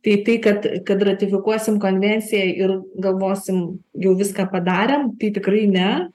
tai tai kad kad ratifikuosim konvenciją ir galvosim jau viską padarėm tai tikrai ne